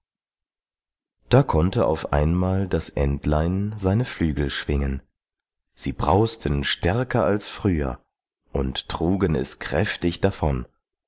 da konnte auf einmal das entlein seine flügel schwingen sie brausten stärker als früher und trugen es kräftig davon